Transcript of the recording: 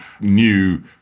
new